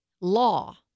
law